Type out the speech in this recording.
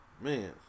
Man